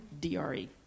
DRE